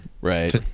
right